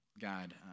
God